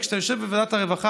וכשאתה יושב בוועדת הרווחה,